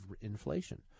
inflation